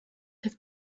have